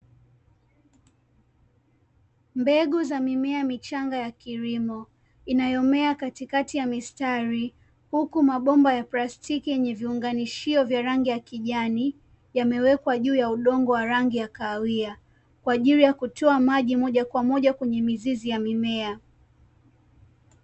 Mbegu za mimea michanga ya kilimo inayomea katikati ya mistari, huku mabomba ya plastiki yenye viunganishio vya rangi ya kijani yamewekwa juu ya udongo wa rangi ya kahawia kwa ajili ya kutoa maji moja kwa moja kwenye mizizi ya mimiea.